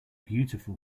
beautiful